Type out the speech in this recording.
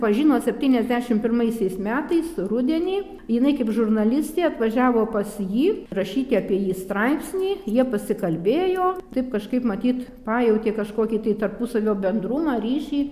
pažino septyniasdešim pirmaisiais metais rudenį jinai kaip žurnalistė atvažiavo pas jį rašyti apie jį straipsnį jie pasikalbėjo taip kažkaip matyt pajautė kažkokį tai tarpusavio bendrumą ryšį